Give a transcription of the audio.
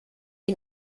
den